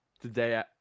today